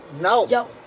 No